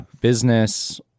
business